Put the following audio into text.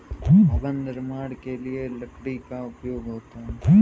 भवन निर्माण के लिए लकड़ी का उपयोग होता है